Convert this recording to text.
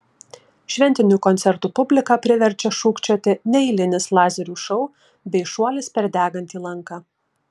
šventinių koncertų publiką priverčia šūkčioti neeilinis lazerių šou bei šuolis per degantį lanką